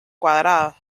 cuadrados